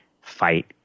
fight